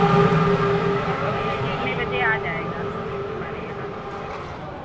हाँ और कितने बजे आ जाएगा हमारे यहाँ